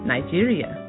Nigeria